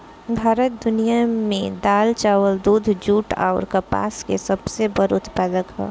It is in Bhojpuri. भारत दुनिया में दाल चावल दूध जूट आउर कपास के सबसे बड़ उत्पादक ह